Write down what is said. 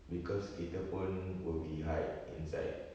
because kita pun will be hide inside